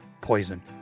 poison